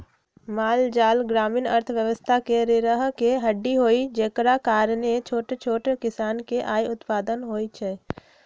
माल जाल ग्रामीण अर्थव्यवस्था के रीरह के हड्डी हई जेकरा कारणे छोट छोट किसान के आय उत्पन होइ छइ